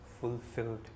fulfilled